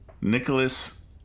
Nicholas